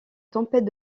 tempête